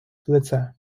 лице